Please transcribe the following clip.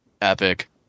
epic